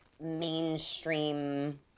mainstream